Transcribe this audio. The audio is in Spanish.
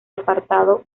apartado